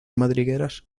madrigueras